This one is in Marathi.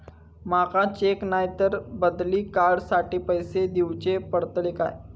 माका चेक नाय तर बदली कार्ड साठी पैसे दीवचे पडतले काय?